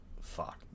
fuck